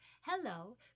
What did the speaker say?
hello